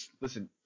listen